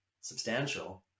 substantial